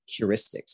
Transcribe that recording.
heuristics